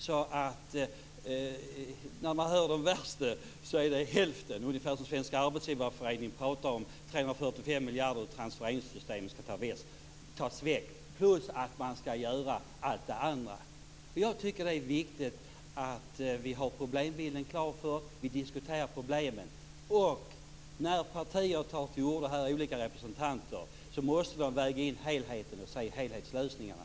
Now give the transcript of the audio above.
De värsta säger att det gäller hälften. Det är ungefär det som Svenska Arbetsgivareföreningen pratar om. 345 miljarder skall tas väck ur transfereringssystemet. Dessutom skall man göra allt det andra. Jag tycker att det är viktigt att vi har problembilden klar för oss. Vi diskuterar problemen. När representanter från olika partier tar till orda måste de väga in helheten och se helhetslösningarna.